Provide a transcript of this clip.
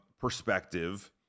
perspective